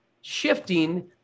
shifting